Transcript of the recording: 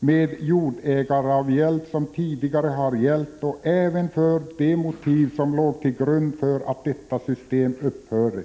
med jordägaravgäld som tidigare har gällt och även för de motiv som låg till grund för att detta system upphörde.